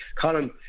Colin